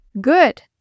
Good